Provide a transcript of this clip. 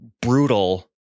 brutal